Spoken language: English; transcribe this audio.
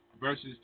verses